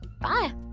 Bye